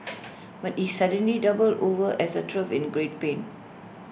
but he suddenly doubled over as though in great pain